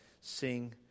sing